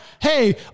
Hey